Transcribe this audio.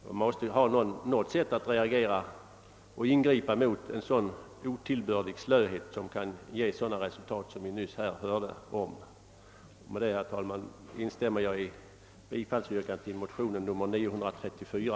Det måste finnas något sätt att reagera och ingripa då det gäller en otillbörlig slöhet som kan ge sådana resultat som här nyss redogjorts för. Med detta ber jag, herr talman, att få instämma i yrkandet om bifall till motionen II: 934.